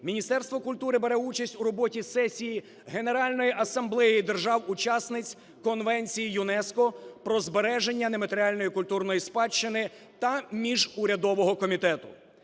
Міністерство культури бере участь у роботі сесії Генеральної асамблеї держав-учасниць Конвенції ЮНЕСКО про збереження нематеріальної культурної спадщини та міжурядового комітету.